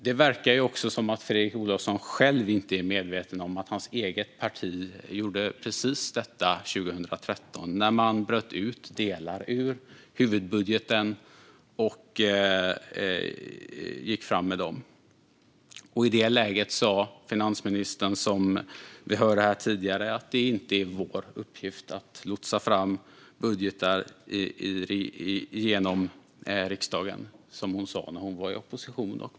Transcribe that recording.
Det verkar som att Fredrik Olovsson själv inte är medveten om att hans eget parti gjorde precis detta 2013, när man bröt ut delar ur huvudbudgeten och gick fram med dem. I det läget sa nuvarande finansministern, som vi hörde här tidigare, att det inte är oppositionens uppgift att lotsa igenom budgetar i riksdagen. Det sa hon när Socialdemokraterna var i opposition.